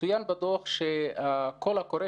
קודם כל,